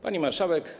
Pani Marszałek!